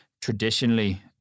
traditionally